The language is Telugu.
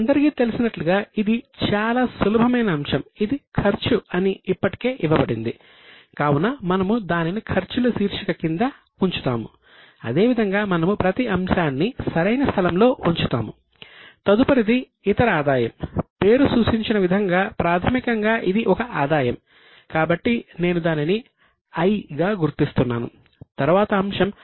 మీ అందరికీ తెలిసినట్లుగా ఇది చాలా సులభమైన అంశం ఇది ఖర్చుకు సంబంధించిన అంశం